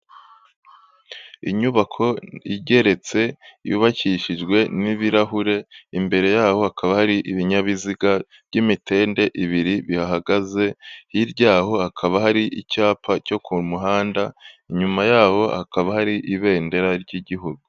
Inyubako igeretse yubakishijwe n'ibirahure, imbere yaho hakaba hari ibinyabiziga by'imitende ibiri bihagaze, hirya yaho hakaba hari icyapa cyo ku muhanda, inyuma yabo hakaba hari ibendera ry'igihugu.